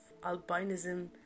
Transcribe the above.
albinism